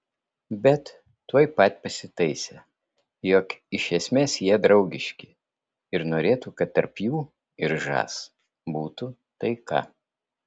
bet tuoj pat pasitaisė jog iš esmės jie draugiški ir norėtų kad tarp jų ir žas būtų taika